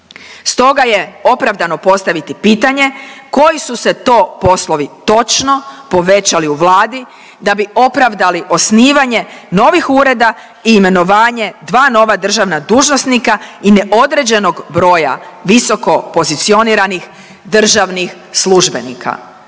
Stoga je opravdano postaviti pitanje koji su se to poslovi točno povećali u Vladi da bi opravdali osnivanje novih ureda i imenovanje dva nova državna dužnosnika i neodređenog broja visoko pozicioniranih državnih službenika.